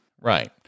Right